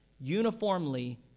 Uniformly